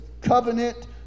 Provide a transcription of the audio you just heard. covenant